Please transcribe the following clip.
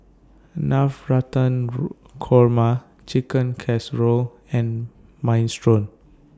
Navratan Korma Chicken Casserole and Minestrone